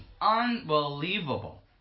Unbelievable